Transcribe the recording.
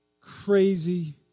crazy